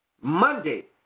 Monday